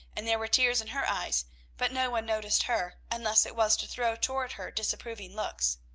and there were tears in her eyes but no one noticed her, unless it was to throw toward her disapproving looks.